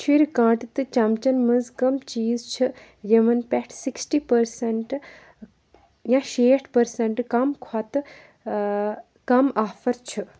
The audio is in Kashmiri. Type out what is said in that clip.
چھُرۍ کانٛٹہٕ تہٕ چمچَن منٛز کَم چیٖز چھِ یِمَن پٮ۪ٹھ سِکِسٹی پٔرسَنٹ یا شیٹھ پٔرسَنٹ کَم کھۄتہٕ کَم آفر چھِ